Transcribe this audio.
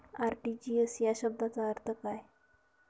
RTGS या शब्दाचा अर्थ काय?